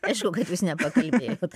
aišku kad jūs nepakalbėjot